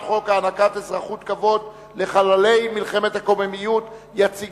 אני קובע שהצעת החוק עברה בקריאה שלישית